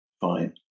fine